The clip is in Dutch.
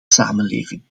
samenleving